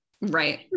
Right